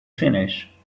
finish